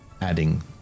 adding